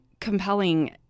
compelling